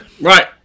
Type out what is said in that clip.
Right